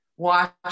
watch